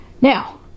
Now